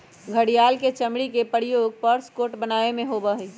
घड़ियाल के चमड़ी के प्रयोग पर्स कोट बनावे में होबा हई